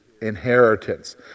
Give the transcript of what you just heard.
inheritance